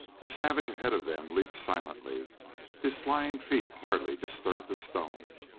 the savage ahead of them leaped silently his flying feet hardly disturbed a stone.